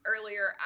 earlier